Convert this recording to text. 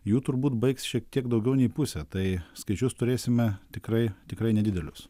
jų turbūt baigs šiek tiek daugiau nei pusė tai skaičius turėsime tikrai tikrai nedidelius